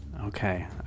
Okay